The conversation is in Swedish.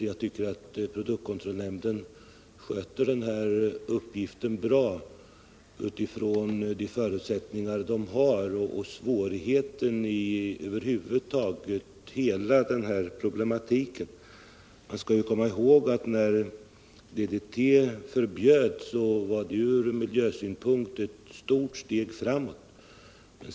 Jag tycker att produktkontrollnämnden sköter uppgiften väl, med tanke på de förutsättningar som gäller och över huvud taget de svårigheter som är inbyggda i hela denna problematik. Man skall komma ihåg att genomförandet av förbudet mot DDT ur miljösynpunkt var ett stort steg framåt.